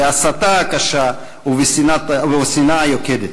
בהסתה הקשה ובשנאה היוקדת.